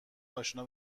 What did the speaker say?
آشنا